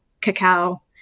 cacao